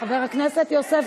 חבר הכנסת יוסף ג'בארין,